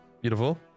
Beautiful